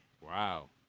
Wow